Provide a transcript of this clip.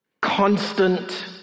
constant